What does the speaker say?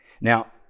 Now